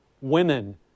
women